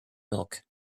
milk